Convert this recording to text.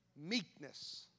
meekness